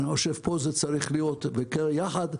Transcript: אני חושב שפה זה צריך להיות בעיקר יחד,